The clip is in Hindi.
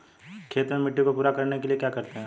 खेत में मिट्टी को पूरा करने के लिए क्या करते हैं?